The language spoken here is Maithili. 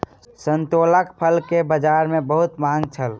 संतोलाक फल के बजार में बहुत मांग छल